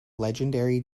legendary